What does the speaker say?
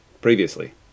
previously